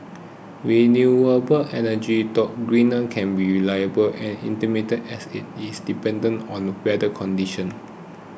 renewable energy though greener can be unreliable and intermittent as it is dependent on weather conditions